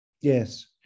Yes